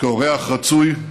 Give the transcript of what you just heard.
כאורח רצוי,